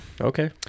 okay